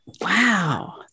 Wow